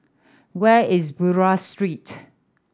where is Buroh Street